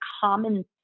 common